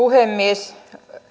puhemies